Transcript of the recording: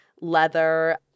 leather